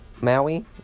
Maui